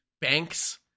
Banks